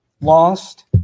lost